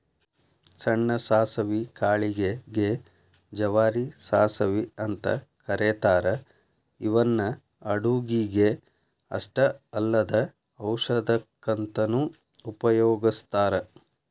ಸಣ್ಣ ಸಾಸವಿ ಕಾಳಿಗೆ ಗೆ ಜವಾರಿ ಸಾಸವಿ ಅಂತ ಕರೇತಾರ ಇವನ್ನ ಅಡುಗಿಗೆ ಅಷ್ಟ ಅಲ್ಲದ ಔಷಧಕ್ಕಂತನು ಉಪಯೋಗಸ್ತಾರ